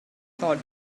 thought